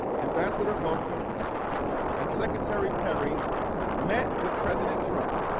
ambassador voelker and secretary perry met with president trump.